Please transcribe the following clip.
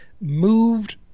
moved